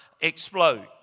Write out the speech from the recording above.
explode